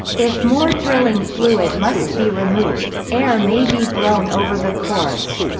if more drilling fluid must be removed, air may be blown over the cores.